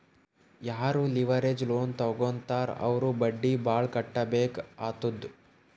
ಯಾರೂ leverage loan ತಗೋತ್ತಾರ್ ಅವ್ರು ಬಡ್ಡಿ ಭಾಳ್ ಕಟ್ಟಬೇಕ್ ಆತ್ತುದ್